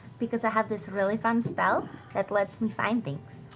because i have this really fun spell that lets me find things.